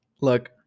Look